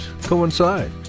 coincide